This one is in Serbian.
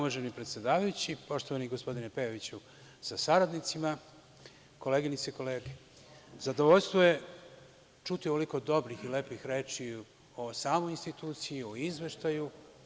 Poštovani gospodine Pejoviću sa saradnicima, koleginice i kolege, zadovoljstvo je čuti ovoliko dobrih i lepih reči o samoj instituciji, o izveštaju.